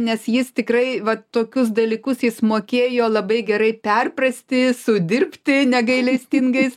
nes jis tikrai vat tokius dalykus jis mokėjo labai gerai perprasti sudirbti negailestingais